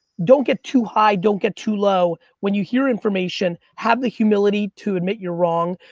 don't get too high, don't get too low. when you hear information, have the humility to admit you're wrong.